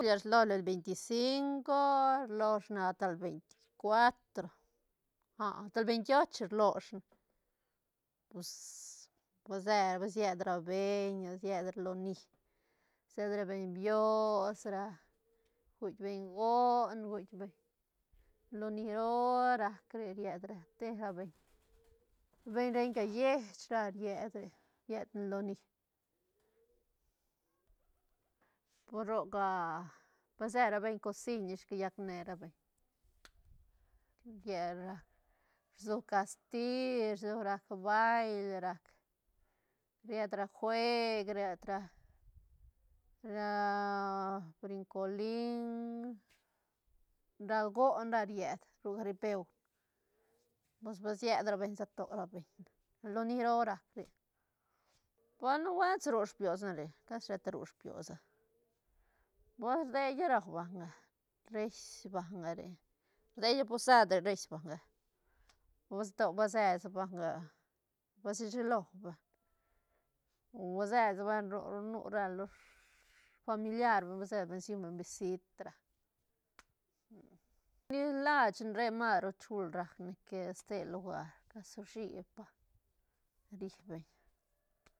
Rsalone el venti cinco rlosh ne ata el veinti cuatro ah a asta el veinti ocho rlosh ne pus- pus se va sied ra beñ sied ra loni sied ra beñ bios ra rguitk goon rguitk beñ loni roo rac re ried ra te ra beñ-beñ renca lleich ra ried re ried ne loni pu roc ah pues se ra beñ cosiñ ish callac ne ra beñ llelra rsu casti rsu rac bail rac riet ra jueg riet ra- ra brincolin ra goon ra ried ru jaripeu pus ba sied ra beñ se to ra beñ loni rac re, pues nubuelt si ru sbiosa na re casi sheta ru biosa pues rdeilla rau banga reis banga re rdeilla posade reis banga o sto ba se sa banga ba se shilo banga o base sa banga ro nu ra los familiar ba se selluñ banga visit ra, ni lach ne re mas ru chul rac ne que ste lugar casi uishipa ri beñ